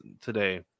today